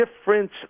difference